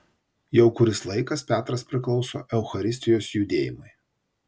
jau kuris laikas petras priklauso eucharistijos judėjimui